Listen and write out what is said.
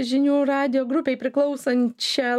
žinių radijo grupei priklausančią